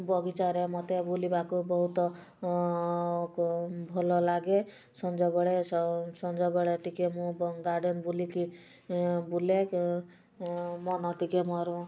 ବଗିଚାରେ ମୋତେ ବୁଲିବାକୁ ବହୁତ ଭଲ ଲାଗେ ସଞ୍ଜ ବେଳେ ସଞ୍ଜ ବେଳେ ଟିକେ ମୁଁ ଗାର୍ଡ଼େନ ବୁଲିକି ବୁଲେ ମନ ଟିକେ ମୋର